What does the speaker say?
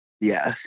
Yes